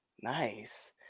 Nice